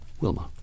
Wilma